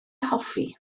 hoffi